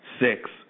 six